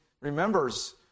remembers